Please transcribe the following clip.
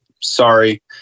sorry